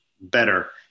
better